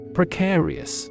precarious